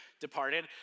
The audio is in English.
departed